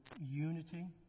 unity